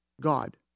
God